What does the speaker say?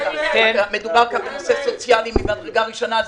מדובר כאן בנושא סוציאלי ממדרגה ראשונה.